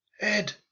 Ed